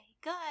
Good